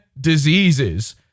diseases